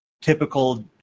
typical